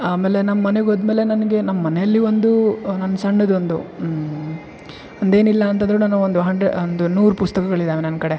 ಆಮೇಲೆ ನಮ್ಮ ಮನೆಗೆ ಹೋದ್ಮೇಲೆ ನನಗೆ ನಮ್ಮಮನೇಲಿ ಒಂದು ನನ್ನ ಸಣ್ಣದೊಂದು ಒಂದೇನಿಲ್ಲ ಅಂತಂದರು ನಾನು ಒಂದು ಹಂಡ್ರೆ ಒಂದು ನೂರು ಪುಸ್ತಕಗಳಿದ್ದಾವೆ ನನ್ನ ಕಡೆ